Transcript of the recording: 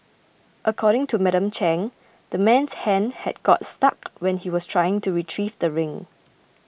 according to Madam Chang the man's hand had got stuck when he was trying to retrieve the ring